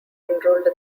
enrolled